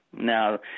Now